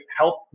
help